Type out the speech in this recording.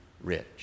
rich